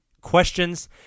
questions